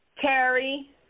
Terry